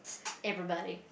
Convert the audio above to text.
everybody